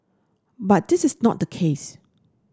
but this is not the case